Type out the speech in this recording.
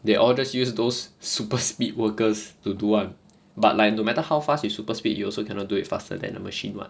they all just use those super speed workers to do [one] but like no matter how fast with super speed you also cannot do it faster than a machine [what]